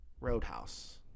Roadhouse